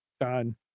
Done